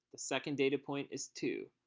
the second data point is two.